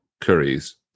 curries